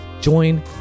Join